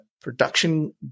production